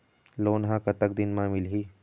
Loan ह कतक दिन मा मिलही?